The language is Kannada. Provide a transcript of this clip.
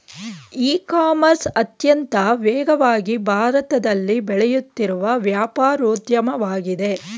ಇ ಕಾಮರ್ಸ್ ಅತ್ಯಂತ ವೇಗವಾಗಿ ಭಾರತದಲ್ಲಿ ಬೆಳೆಯುತ್ತಿರುವ ವ್ಯಾಪಾರೋದ್ಯಮವಾಗಿದೆ